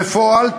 בפועל,